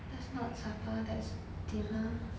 that's not supper that's dinner